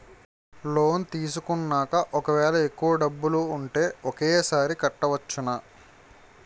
Loan తీసుకున్నాక ఒకవేళ ఎక్కువ డబ్బులు ఉంటే ఒకేసారి కట్టవచ్చున?